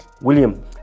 William